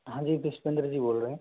हाँ जी पुष्पेंद्र जी बोल रहे हैं